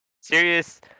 serious